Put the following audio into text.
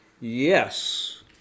yes